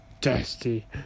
Dusty